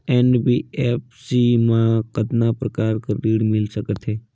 NBFC मा कतना प्रकार कर ऋण मिल सकथे?